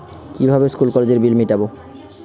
কিভাবে স্কুল কলেজের বিল মিটাব?